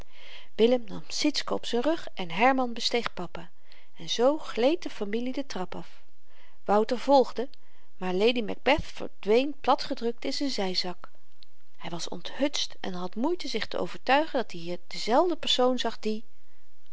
nam sietsken op z'n rug en herman besteeg papa zoo gleed de familie de trap af wouter volgde maar lady macbeth verdween platgedrukt in z'n zyzak hy was onthutst en had moeite zich te overtuigen dat-i hier dezelfde persoon zag die